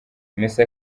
messi